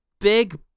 big